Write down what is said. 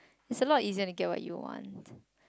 is a lot easier to get what you want